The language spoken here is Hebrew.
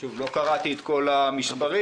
אדוני הנגיד, תיכף נדון גם על התקציב.